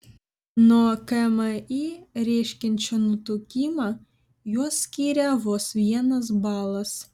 nuo kmi reiškiančio nutukimą juos skiria vos vienas balas